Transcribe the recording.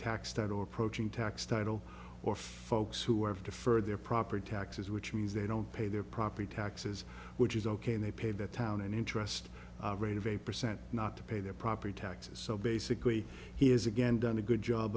taxed at or approaching tax title or folks who have deferred their property taxes which means they don't pay their property taxes which is ok and they pay the town an interest rate of eight percent not to pay their property taxes so basically he has again done a good job